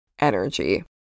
energy